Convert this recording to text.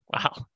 Wow